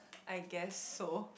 I guess so